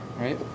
right